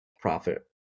profit